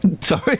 Sorry